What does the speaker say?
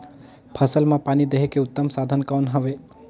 फसल मां पानी देहे के उत्तम साधन कौन हवे?